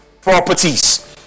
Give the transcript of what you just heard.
Properties